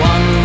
One